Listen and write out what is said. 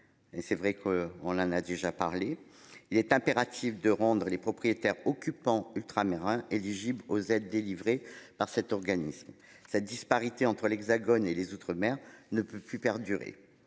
c'est vrai qu'on l'en a déjà parlé, il est impératif de rendre les propriétaires occupants ultramarins éligibles aux aides délivrées par cet organisme. Cette disparité entre l'Hexagone et les Outre-mer ne peut plus perdurer.